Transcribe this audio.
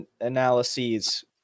analyses